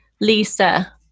Lisa